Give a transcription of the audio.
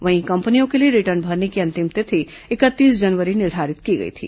वहीं कंपनियों के लिए रिटर्न भरने की अंतिम तिथि इकतीस जनवरी निर्धारित की गई थी